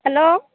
hello